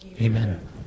Amen